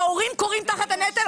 ההורים כורעים תחת הנטל,